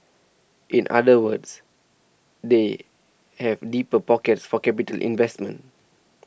in other words they have deeper pockets for capitally investments